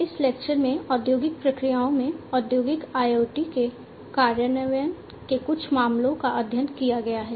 इस लेक्चर में औद्योगिक प्रक्रियाओं में औद्योगिक IoT के कार्यान्वयन के कुछ मामलों का अध्ययन किया गया है